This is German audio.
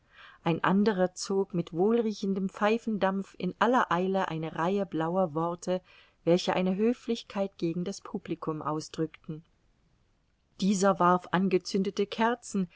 ein anderer zog mit wohlriechendem pfeifendampf in aller eile eine reihe blauer worte welche eine höflichkeit gegen das publicum ausdrückten dieser warf angezündete kerzen